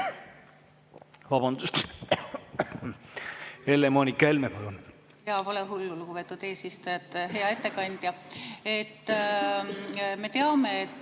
Vabandust!